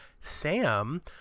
Sam